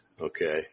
okay